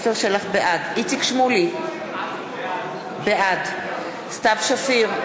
בעד איציק שמולי, בעד סתיו שפיר,